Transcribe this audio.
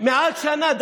מעל שנה.